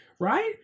right